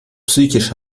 psychisch